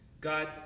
God